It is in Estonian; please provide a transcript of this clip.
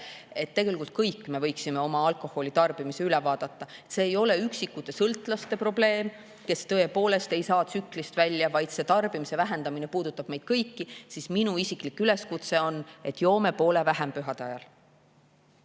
et tegelikult võiksime me kõik oma alkoholitarbimise üle vaadata, ei ole see üksikute sõltlaste probleem, kes tõepoolest ei saa tsüklist välja. See tarbimise vähendamine puudutab meid kõiki. Minu isiklik üleskutse on, et joome poole vähem pühade ajal.